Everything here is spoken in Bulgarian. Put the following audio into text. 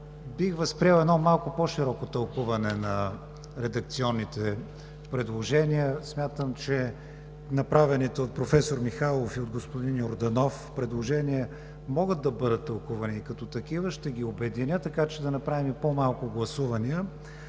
бих възприел едно малко по-широко тълкуване на редакционните предложения. Смятам, че направените от професор Михайлов и от господин Йорданов предложения могат да бъдат тълкувани, и като такива ще ги обединя, така че да направим по-малко гласувания.